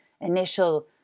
initial